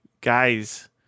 guys